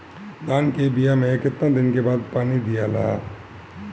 धान के बिया मे कितना दिन के बाद पानी दियाला?